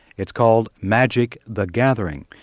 it's called magic the gathering.